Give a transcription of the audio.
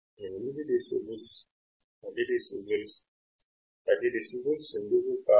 8 decibels 10 decibels 10 decibels ఎందుకు కాదు